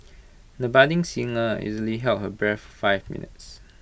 the budding singer easily held her breath for five minutes